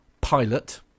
Pilot